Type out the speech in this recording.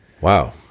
wow